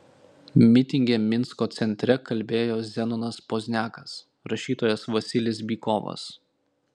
mitinge minsko centre kalbėjo zenonas pozniakas rašytojas vasilis bykovas